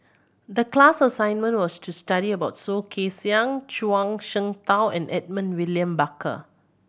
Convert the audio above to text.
the class assignment was to study about Soh Kay Siang Zhuang Shengtao and Edmund William Barker